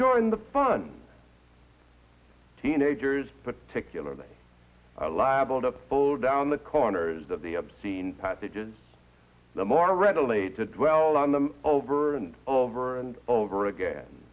join the fun teenagers particularly liable to fold down the corners of the obscene passages the more readily to dwell on them over and over and over again